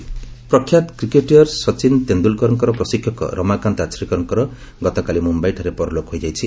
Sachin coach ପ୍ରଖ୍ୟାତ cricketer Sachin ତେନ୍ଦ୍ରଲ୍କରଙ୍କର ପ୍ରଶିକ୍ଷକ ରମାକାନ୍ତ ଆାଚ୍ରେକରଙ୍କ ଗତକାଲି ମୁମ୍ୟାଇଠାରେ ପରଲୋକ ହୋଇଯାଇଛି